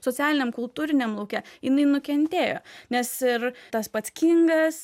socialiniam kultūriniam lauke jinai nukentėjo nes ir tas pats kingas